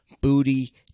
booty